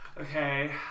Okay